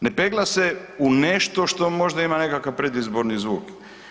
Ne pegla se u nešto što možda ima nekakav predizborni zvuk.